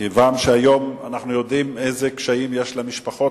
כיוון שהיום אנחנו יודעים איזה קשיים יש למשפחות